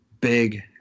big